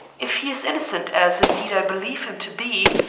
if he is innocent, as, indeed, i believe him to be,